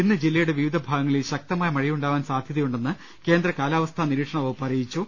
ഇന്ന് ജില്ലയുടെ വിവിധ ഭാഗങ്ങളിൽ ശക്തമായ മഴയുണ്ടാവാൻ സാധ്യതയുണ്ടെന്ന് കേന്ദ്ര കാലാവസ്ഥാ നിരീക്ഷണ കേന്ദ്രം അറിയിച്ചു